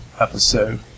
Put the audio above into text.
episode